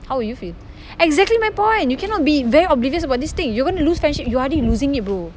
how would you feel exactly my point you cannot be very oblivious about this thing you're going to lose friendship you are already losing it bro